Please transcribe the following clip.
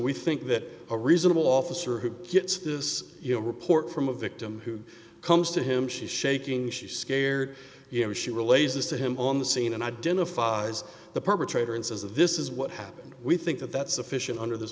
we think that a reasonable officer who gets this report from a victim who comes to him she's shaking she's scared you know she relays this to him on the scene and identifies the perpetrator and says this is what happened we think that that's sufficient under this